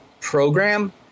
program